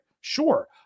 Sure